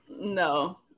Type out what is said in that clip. No